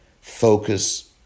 focus